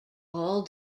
all